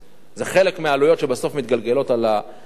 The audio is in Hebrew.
זה חלק מהעלויות שבסוף מתגלגלות על הקבלן,